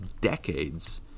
decades